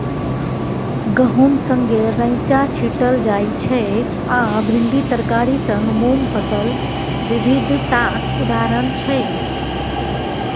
गहुम संगै रैंचा छीटल जाइ छै आ भिंडी तरकारी संग मुँग फसल बिबिधताक उदाहरण छै